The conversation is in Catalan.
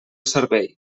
servei